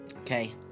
Okay